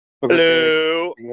Hello